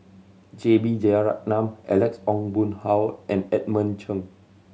J B Jeyaretnam Alex Ong Boon Hau and Edmund Cheng